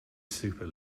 super